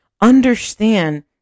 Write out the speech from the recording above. understand